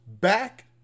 back